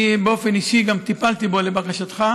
אני באופן אישי גם טיפלתי בו, לבקשתך,